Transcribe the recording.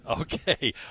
Okay